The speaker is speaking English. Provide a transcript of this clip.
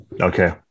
Okay